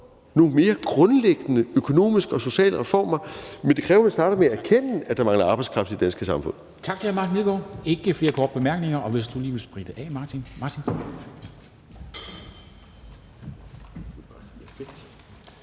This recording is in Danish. nogle mere grundlæggende økonomiske og sociale reformer, men det kræver, at vi starter med at erkende, at der mangler arbejdskraft i det danske samfund.